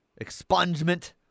expungement